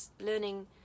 learning